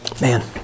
Man